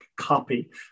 copy